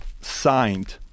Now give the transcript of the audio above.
Signed